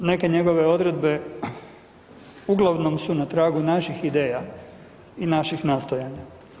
Neke njegove odredbe uglavnom su na tragu naših ideja i naših nastojanja.